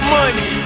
money